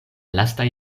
lastaj